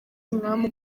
umwami